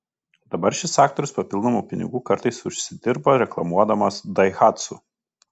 dabar šis aktorius papildomų pinigų kartais užsidirba reklamuodamas daihatsu